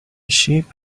sheep